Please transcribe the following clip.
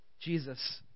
Jesus